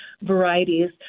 varieties